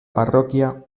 parroquia